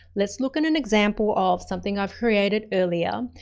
let's look at an example of something i've created earlier.